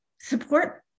support